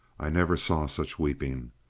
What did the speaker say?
i never saw such weeping.